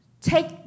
Take